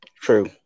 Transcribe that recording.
True